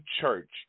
church